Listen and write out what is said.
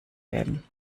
werden